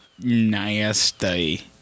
nasty